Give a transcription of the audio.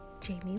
Jamie